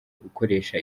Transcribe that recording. gukoresha